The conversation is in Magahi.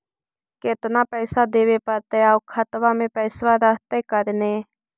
केतना पैसा देबे पड़तै आउ खातबा में पैसबा रहतै करने?